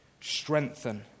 strengthen